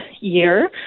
year